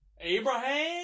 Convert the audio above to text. Abraham